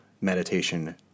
meditation